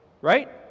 Right